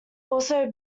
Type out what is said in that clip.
also